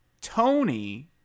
Tony